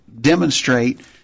demonstrate